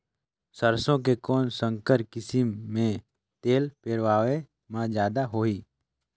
सरसो के कौन संकर किसम मे तेल पेरावाय म जादा होही?